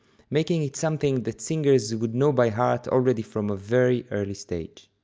making it something that singers would know by heart already from a very early stage.